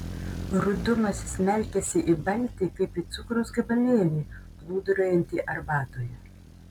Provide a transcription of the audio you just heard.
rudumas smelkiasi į baltį kaip į cukraus gabalėlį plūduriuojantį arbatoje